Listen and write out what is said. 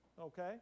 okay